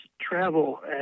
travel